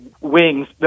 wings